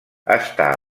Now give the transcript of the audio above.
està